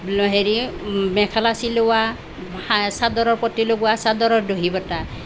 হেৰি মেখেলা চিলোৱা চাদৰৰ পতি লগোৱা চাদৰৰ দহি বটা